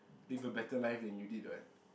live a better life than you did [what]